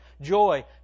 joy